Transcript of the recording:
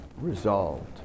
resolved